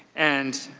and